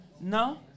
No